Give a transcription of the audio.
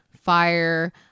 fire